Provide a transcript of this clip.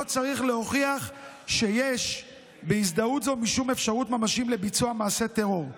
צריך להוכיח שיש בהזדהות הזאת משום אפשרות ממשית לביצוע מעשה טרור.